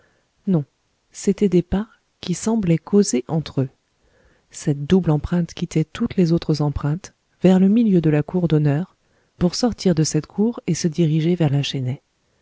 non c'étaient des pas qui semblaient causer entre eux cette double empreinte quittait toutes les autres empreintes vers le milieu de la cour d'honneur pour sortir de cette cour et se diriger vers la